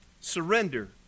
Surrender